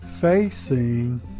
facing